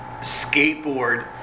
skateboard